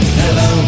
hello